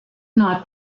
not